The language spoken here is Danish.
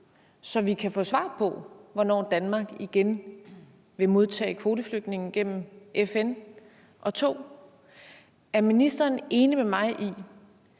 så vi kan få svar på, hvornår Danmark igen vil modtage kvoteflygtninge gennem FN? 2) Er ministeren enig med mig i,